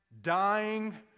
dying